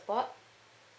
support